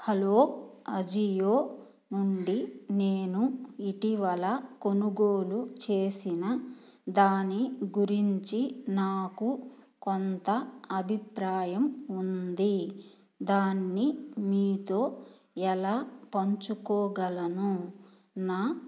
hello Ajio నుండి నేను ఇటీవల కొనుగోలు చేసిన దాని గురించి నాకు కొంత అభిప్రాయం ఉంది దాన్ని మీతో ఎలా పంచుకోగలను నా